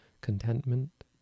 contentment